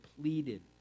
pleaded